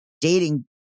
dating